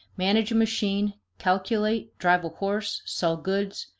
manage a machine, calculate, drive a horse, sell goods,